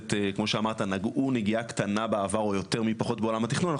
הכנסת כמו שאמרת נגעו נגיעה קטנה בעבר או יותר מפחות בעולם התכנון,